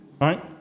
right